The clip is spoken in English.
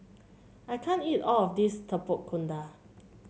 I can't eat all of this Tapak Kuda